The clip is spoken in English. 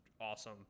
awesome